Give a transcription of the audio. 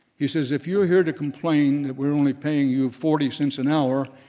he says, if you are here to complain that we're only paying you forty cents an hour,